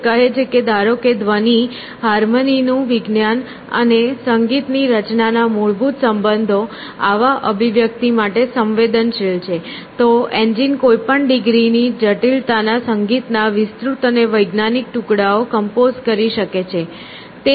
તે કહે છે કે ધારો કે ધ્વનિ હાર્મની નું વિજ્ઞાન અને સંગીતની રચનાના મૂળભૂત સંબંધો આવા અભિવ્યક્તિ માટે સંવેદનશીલ છે તો એન્જિન કોઈપણ ડિગ્રીના જટિલતાના સંગીતના વિસ્તૃત અને વૈજ્ઞાનિક ટુકડાઓ કંપોઝ કરી શકે છે